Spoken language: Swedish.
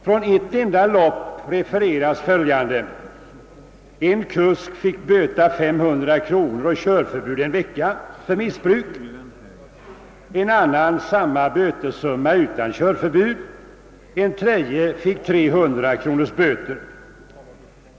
Från ett enda lopp refereras följande: En kusk fick böta 500 kronor och fick körförbud en vecka för missbruk av körspö. En annan fick samma hbötessumma men utan körförbud. En tredje fick böta 300 kronor.